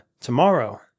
tomorrow